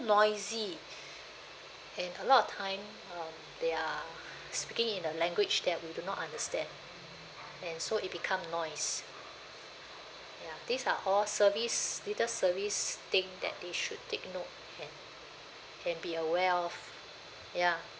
noisy and a lot of time um they are speaking in a language that we do not understand and so it become noise ya these are all service little service thing that they should take note and can be aware of ya